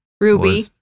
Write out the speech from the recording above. Ruby